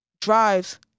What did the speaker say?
drives